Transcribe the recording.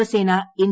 Shiv Sena N